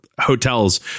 Hotels